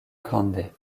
grande